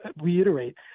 reiterate